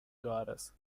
goddess